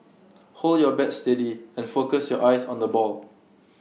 hold your bat steady and focus your eyes on the ball